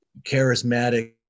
charismatic